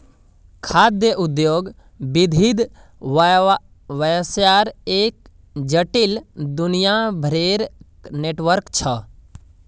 खाद्य उद्योग विविध व्यवसायर एक जटिल, दुनियाभरेर नेटवर्क छ